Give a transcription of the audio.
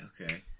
okay